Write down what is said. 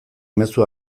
mezu